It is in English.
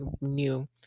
new